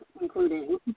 including